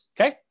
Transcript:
okay